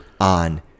on